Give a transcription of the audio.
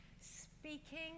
speaking